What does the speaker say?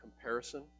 comparison